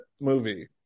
movie